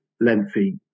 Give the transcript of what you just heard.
lengthy